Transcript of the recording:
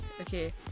Okay